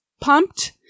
pumped